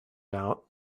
out